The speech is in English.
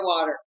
water